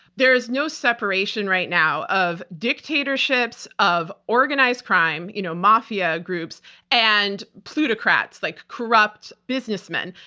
there is no separation right now of dictatorships, of organized crime, you know mafia groups and plutocrats like corrupt businessmen.